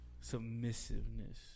Submissiveness